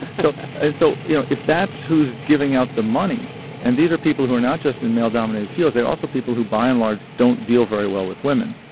so. so you know if that's who's giving out the money and these are people who are not just in male dominated fields there are also people who by and large don't deal very well with women.